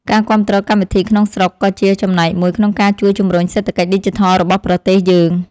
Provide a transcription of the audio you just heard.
ការគាំទ្រកម្មវិធីក្នុងស្រុកក៏ជាចំណែកមួយក្នុងការជួយជំរុញសេដ្ឋកិច្ចឌីជីថលរបស់ប្រទេសយើង។